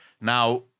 Now